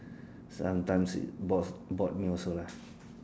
sometimes it bored bored me also lah